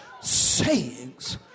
sayings